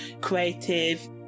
creative